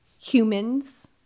humans